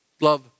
love